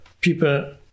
People